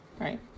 right